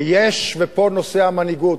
ופה נכנס נושא המנהיגות.